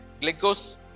glucose